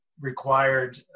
required